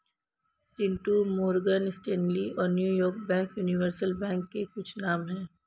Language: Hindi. चिंटू मोरगन स्टेनली और न्यूयॉर्क बैंक यूनिवर्सल बैंकों के कुछ नाम है